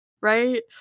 right